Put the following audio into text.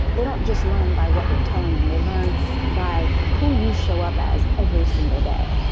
they don't just learn by what you're telling them. they learn by who you show up as every single day.